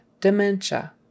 dementia